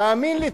תאמין לי,